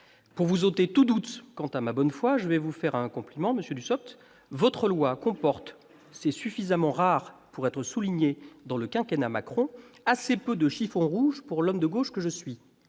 Pour vous ôter tout doute quant à ma bonne foi, je vous ferai un compliment, monsieur Dussopt : votre projet de loi, comporte, c'est suffisamment rare pour être souligné dans le quinquennat Macron, assez peu de chiffons rouges pour l'homme de gauche que je suis.